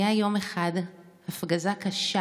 יום אחד הייתה הפגזה קשה